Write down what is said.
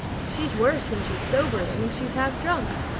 she's worse when she's sober than when she's half drunk.